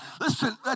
listen